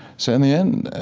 so in the end,